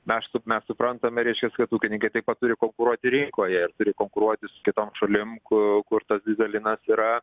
na aš su mes suprantame reiškias kad ūkininkai taip pat turi konkuruoti rinkoje ir turi konkuruoti su kitom šalim ku kur tas dyzelinas yra